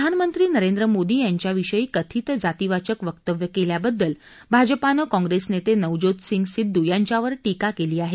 प्रधानमंत्री नरेंद्र मोदी यांच्याविषयी कथित जातीवाचक वक्तव्य केल्याबद्दल भाजपानं काँग्रेस नेते नवज्योत सिद्धू यांच्यावर टीका केली आहे